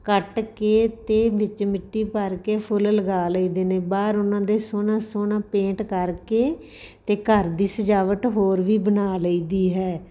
ਕੱਟ ਕੇ ਅਤੇ ਵਿੱਚ ਮਿੱਟੀ ਭਰ ਕੇ ਫੁੱਲ ਲਗਾ ਲਈਦੇ ਨੇ ਬਾਹਰ ਉਹਨਾਂ ਦੇ ਸੋਹਣਾ ਸੋਹਣਾ ਪੇਂਟ ਕਰਕੇ ਅਤੇ ਘਰ ਦੀ ਸਜਾਵਟ ਹੋਰ ਵੀ ਬਣਾ ਲਈਦੀ ਹੈ